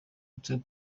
hotspur